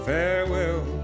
Farewell